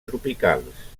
tropicals